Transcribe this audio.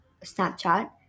Snapchat